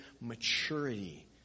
maturity